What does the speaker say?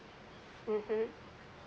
mmhmm